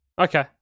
Okay